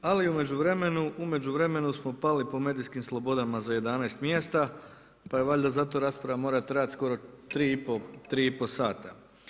Ali u međuvremenu smo pali po medijskim slobodama za 11 mjesta, pa valjda zato rasprava mora trajati skoro tri i pol sata.